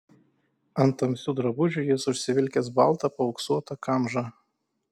ant tamsių drabužių jis užsivilkęs baltą paauksuotą kamžą